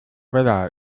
vella